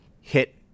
hit